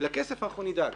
לכסף אנחנו נדאג.